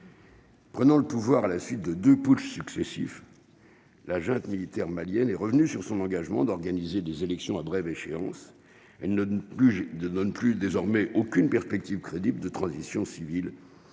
Prenons le pouvoir à la suite de 2 putschs successifs, la junte militaire malienne est revenu sur son engagement, d'organiser des élections à brève échéance elle ne plus de non plus désormais aucune perspective crédible de transition civile